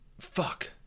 Fuck